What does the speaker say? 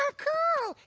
um cool,